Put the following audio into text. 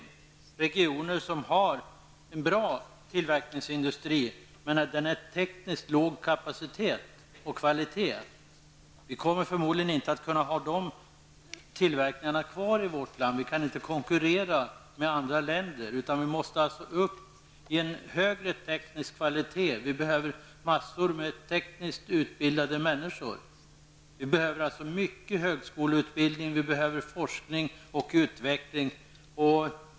Det är regioner som har en bra tillverkningsindustri, men den har låg teknisk kapacitet och kvalitet. Vi kommer förmodligen inte att kunna ha de tillverkningarna kvar i vårt land. Vi kan inte konkurrera med andra länder. Vi måste upp i en högre teknisk kvalitet. Vi behöver massor med tekniskt utbildade människor. Vi behöver mycket högskoleutbildning, vi behöver forskning och utveckling.